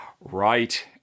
right